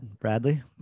Bradley